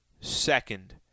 second